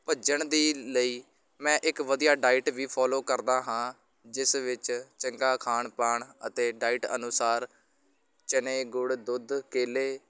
ਭੱਜਣ ਦੀ ਲਈ ਮੈਂ ਇੱਕ ਵਧੀਆ ਡਾਇਟ ਵੀ ਫੋਲੋ ਕਰਦਾ ਹਾਂ ਜਿਸ ਵਿੱਚ ਚੰਗਾ ਖਾਣ ਪਾਣ ਅਤੇ ਡਾਇਟ ਅਨੁਸਾਰ ਚਨੇ ਗੁੜ ਦੁੱਧ ਕੇਲੇ